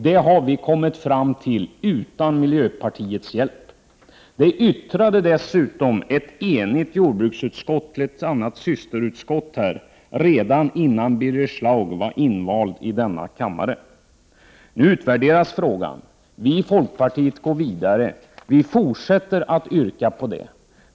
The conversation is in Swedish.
Det har vi kommit fram till utan miljöpartiets hjälp. Det yttrade dessutom ett enigt jordbruksutskott till ett systerutskott redan innan Birger Schlaug var invald i denna kammare. Nu utvärderas frågan, och vi går i folkpartiet vidare med vårt yrkande.